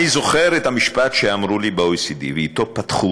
אני זוכר את המשפט שאמרו לי ב-OECD, ואתו פתחו